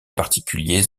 particuliers